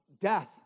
death